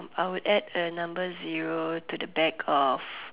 I would add a number zero to the back of